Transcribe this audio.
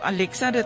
Alexa